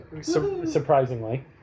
surprisingly